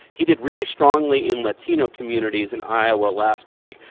he did really strongly in latino communities in iowa last week.